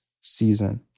season